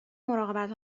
مراقبت